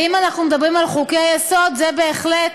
ואם אנחנו מדברים על חוקי-יסוד, זה בהחלט